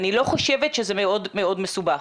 אני לא חושבת שזה מאוד מאוד מסובך.